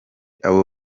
abo